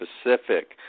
specific